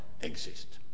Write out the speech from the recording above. exist